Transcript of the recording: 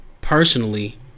personally